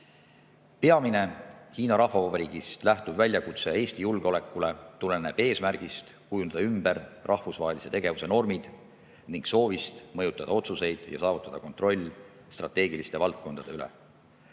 Peamine Hiina Rahvavabariigist lähtuv väljakutse Eesti julgeolekule tuleneb eesmärgist kujundada ümber rahvusvahelise tegevuse normid ning soovist mõjutada otsuseid ja saavutada kontroll strateegiliste valdkondade üle.